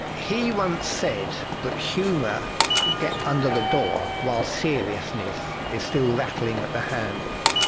he once said that humour could get under the door while seriousness is still rattling at the handle,